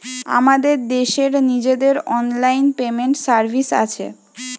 আমাদের দেশের নিজেদের অনলাইন পেমেন্ট সার্ভিস আছে